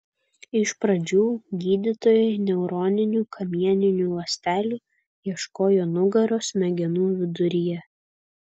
iš pradžių gydytojai neuroninių kamieninių ląstelių ieškojo nugaros smegenų viduryje